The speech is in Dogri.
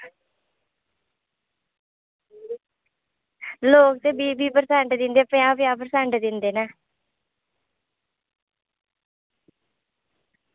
लोग बिज़ी पर पंजाहं पंजाह् परसेंट दिंदे न